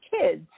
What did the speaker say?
kids